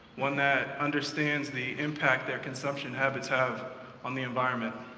one that understands the impact their consumption habits have on the environment.